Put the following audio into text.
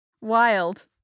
wild